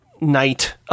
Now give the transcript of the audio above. night